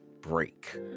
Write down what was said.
break